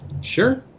Sure